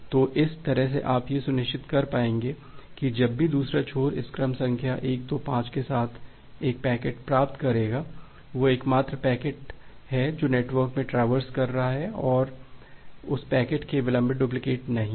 तो इस तरह से आप यह सुनिश्चित कर पाएंगे कि जब भी दूसरा छोर इस क्रम संख्या 125 के साथ एक पैकेट प्राप्त करेगा वह एकमात्र पैकेट है जो नेटवर्क में ट्रैवर्स कर रहा है या उस पैकेट के विलंबित डुप्लिकेट नहीं हैं